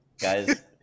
Guys